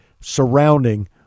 surrounding